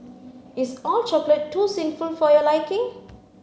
is all chocolate too sinful for your liking